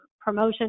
promotion